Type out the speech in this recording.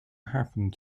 happened